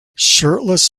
shirtless